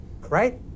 right